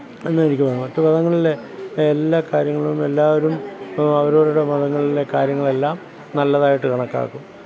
എന്നേ എനിക്ക് പറയാം മറ്റു മതങ്ങളിലെ എല്ലാ കാര്യങ്ങളും എല്ലാവരും അവരവരുടെ മതങ്ങളിലെ കാര്യങ്ങളെല്ലാം നല്ലതായിട്ട് കണക്കാക്കും